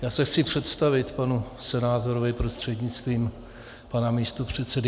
Já se chci představit panu senátorovi prostřednictvím pana místopředsedy.